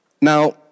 Now